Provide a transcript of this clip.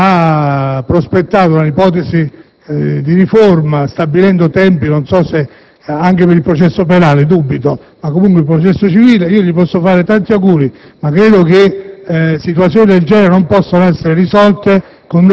ha prospettato un'ipotesi di riforma, stabilendo dei tempi (non so se anche per il processo penale, ma ne dubito) per il processo civile. Gli posso fare tanti auguri, ma credo che situazioni del genere non possano essere risolte